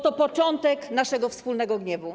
To początek naszego wspólnego gniewu.